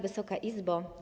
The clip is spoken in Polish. Wysoka Izbo!